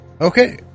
Okay